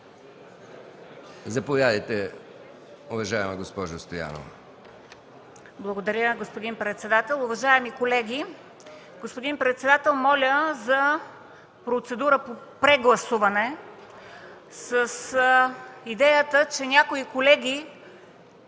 Заповядайте, уважаема госпожо Танева.